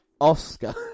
Oscar